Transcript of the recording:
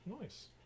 Nice